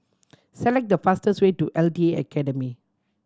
select the fastest way to L T Academy